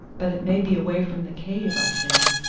but it may be away from the cave, i said.